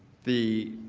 the